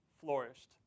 flourished